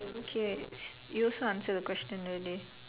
okay you also answer the question already